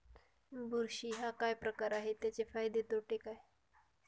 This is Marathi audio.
बुरशी हा काय प्रकार आहे, त्याचे फायदे तोटे काय?